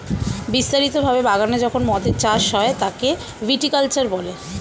বিস্তারিত ভাবে বাগানে যখন মদের চাষ হয় তাকে ভিটি কালচার বলে